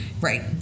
Right